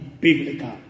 biblical